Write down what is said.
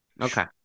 Okay